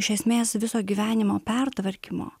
iš esmės viso gyvenimo pertvarkymo